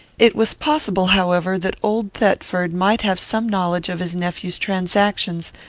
it was possible, however, that old thetford might have some knowledge of his nephew's transactions,